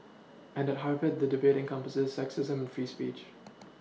and at Harvard that debating encompasses sexism and free speech